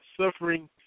suffering